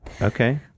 Okay